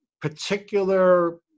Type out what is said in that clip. particular